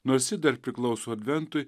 nors ji dar priklauso adventui